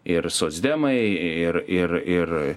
ir socdemai ir ir ir